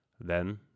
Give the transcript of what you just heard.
Then